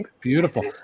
Beautiful